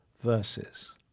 verses